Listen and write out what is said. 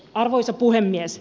arvoisa puhemies